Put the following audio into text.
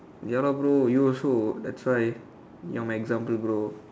ya lah bro you also that's why you my example bro